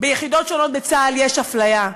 ביחידות שונות בצה"ל יש אפליה.